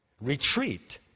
Retreat